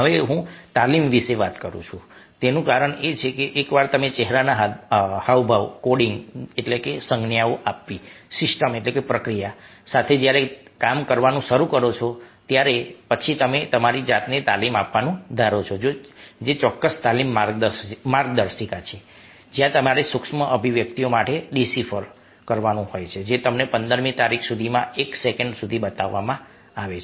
હવે હું તાલીમ વિશે વાત કરું છું તેનું કારણ એ છે કે એકવાર તમે ચહેરાના હાવભાવ કોડિંગસંજ્ઞાઓ આપવી સિસ્ટમ્સપ્રકિયા સાથે કામ કરવાનું શરૂ કરો છો પછી તમે તમારી જાતને તાલીમ આપવાનું ધારો છો જે ચોક્કસ તાલીમ માર્ગદર્શિકા છે જ્યાં તમારે સૂક્ષ્મ અભિવ્યક્તિઓ માટે ડિસિફર કરવાનું હોય છે જે તમને 15મી તારીખ સુધીમાં એક સેકન્ડ સુધી બતાવવામાં આવે છે